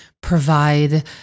provide